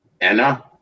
Anna